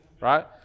right